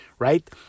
right